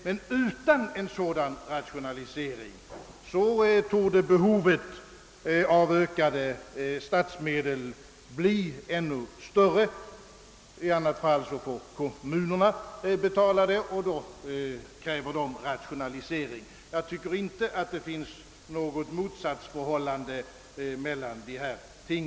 Men utan en sådan rationalisering torde behovet av ökade statsmedel bli ännu större. I annat fall får kommunerna betala det, och då kräver de rationaliseringar. Jag tycker inte, att det finns något motsatsförhållande mellan dessa ting.